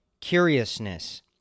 curiousness